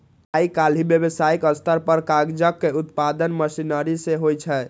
आइकाल्हि व्यावसायिक स्तर पर कागजक उत्पादन मशीनरी सं होइ छै